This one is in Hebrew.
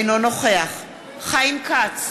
אינו נוכח חיים כץ,